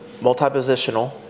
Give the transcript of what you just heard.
multi-positional